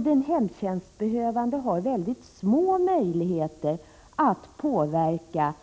Den hemtjänstbehövande har mycket små möjligheter att påverka